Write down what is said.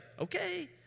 okay